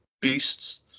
beasts